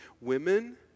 Women